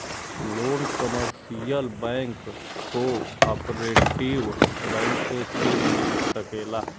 loan commercial bank cooperative bank से मिल सकेला